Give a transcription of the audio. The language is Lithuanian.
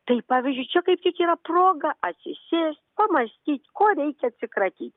tai pavyzdžiui čia kaip tik yra proga atsisėst pamąstyt ko reikia atsikratyt